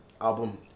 album